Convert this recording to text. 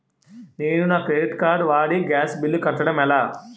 నేను నా credit card వాడి గ్యాస్ బిల్లు కట్టడం ఎలా?